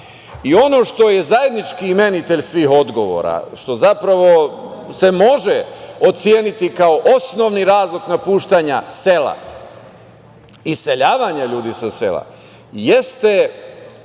Ono što je zajednički imenitelj svih odgovora, što zapravo se može oceniti kao osnovni razlog napuštanja sela, iseljavanja ljudi sa sela, jeste